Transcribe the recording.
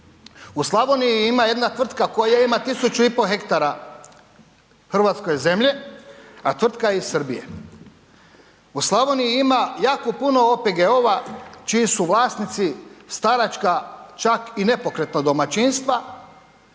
U Slavoniji ima jedna tvrtka koja ima 1.500 hektara hrvatske zemlje, a tvrtka je iz Srbije. U Slavoniji ima jako puno OPG-ova čiji su vlasnici staračka čak i nepokretna domaćinstva,